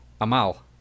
amal